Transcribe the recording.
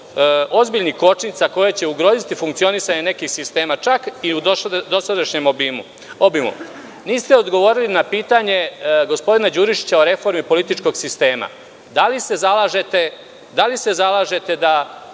ozbiljnih kočnica koje će ugroziti funkcionisanje nekih sistema čak i u dosadašnjem obimu. Niste odgovorili na pitanje gospodina Đurišića o reformi političkog sistema. Da li se zalažete da